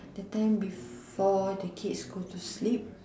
the time before the kids go to sleep